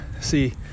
See